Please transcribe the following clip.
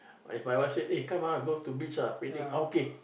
if my wife say eh come ah we go to beach lah picnic ah okay